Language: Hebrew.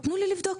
תנו לי לבדוק,